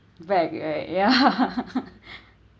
right right ya